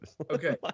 Okay